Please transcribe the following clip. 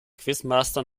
quizmaster